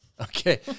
Okay